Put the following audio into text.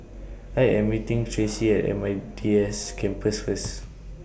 I Am meeting Tracey At M D I S University Campus First